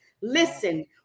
Listen